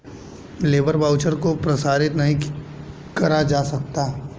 labour voucher को प्रसारित नहीं करा जा सकता